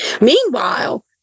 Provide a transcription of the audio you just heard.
Meanwhile